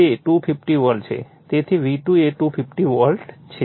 તેથી તે 250 વોલ્ટ છે તેથી V2 એ 250 વોલ્ટ છે